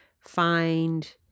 find